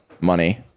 money